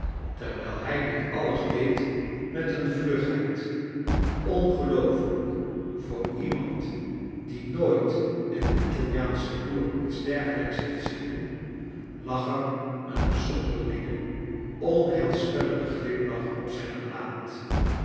terwijl hij dit alles deed met een vlugheid ongeloofelijk voor iemand die nooit een italiaanschen boer iets dergelijks heeft zien doen lag er een zonderlinge onheilspellende gumlach op zijn gelaat